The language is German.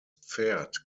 pferd